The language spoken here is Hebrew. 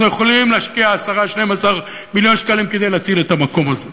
אנחנו יכולים להשקיע 12-10 מיליון שקלים כדי להציל את המקום הזה.